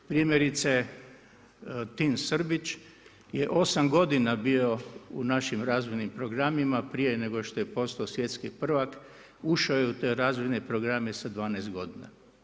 Primjerice, Tin Srbić je 8 godina bio u našim razvojnim programima prije nego što je postao svjetski prvak, ušao je u te razvojne programe sa 12 godina.